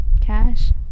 cash